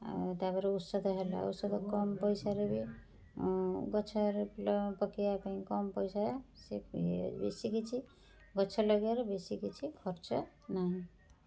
ଆଉ ତାପରେ ଔଷଧ ହେଲା ଔଷଧ କମ୍ ପଇସାରେ ବି ଗଛରେ ପକାଇବା କମ୍ ପଇସା ସେ ବେଶୀ କିଛି ଗଛ ଲଗାଇବାରେ ବେସି କିଛି ଖର୍ଚ୍ଚ ନାହିଁ